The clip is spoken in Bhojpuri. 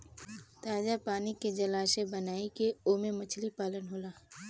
ताजा पानी के जलाशय बनाई के ओमे मछली पालन होला